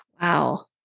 Wow